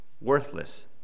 worthless